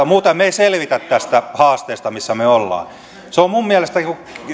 muuten me emme selviä tästä haasteesta missä me olemme se on minun mielestäni